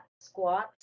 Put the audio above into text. Squats